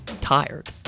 tired